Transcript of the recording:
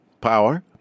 Power